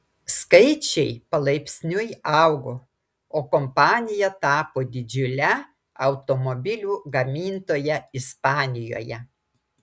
skaičiai palaipsniui augo o kompanija tapo didžiule automobilių gamintoja ispanijoje